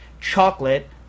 chocolate